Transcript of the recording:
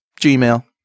Gmail